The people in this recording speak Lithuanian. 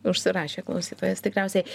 užsirašė klausytojas tikriausiai